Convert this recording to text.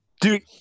dude